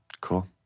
Cool